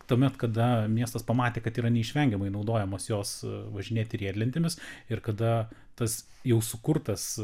tuomet kada miestas pamatė kad yra neišvengiamai naudojamos jos važinėti riedlentėmis ir kada tas jau sukurtas